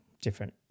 different